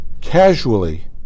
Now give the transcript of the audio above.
casually